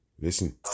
Listen